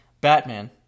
Batman